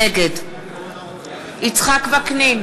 נגד יצחק וקנין,